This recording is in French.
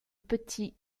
petit